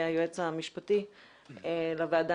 היועץ המשפטי לוועדה,